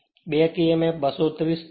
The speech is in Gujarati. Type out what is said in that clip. બેક emf 230 થશે